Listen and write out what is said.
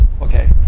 okay